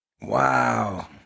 Wow